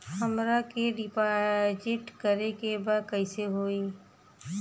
हमरा के डिपाजिट करे के बा कईसे होई?